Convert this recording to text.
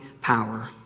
power